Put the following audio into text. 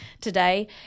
today